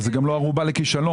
זה גם לא ערובה לכישלון.